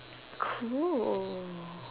cool